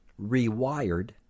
rewired